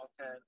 okay